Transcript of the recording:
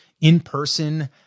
in-person